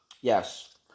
Yes